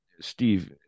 Steve